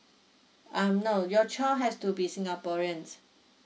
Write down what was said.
um no your child has to be singaporeans